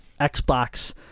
Xbox